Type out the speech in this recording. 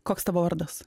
koks tavo vardas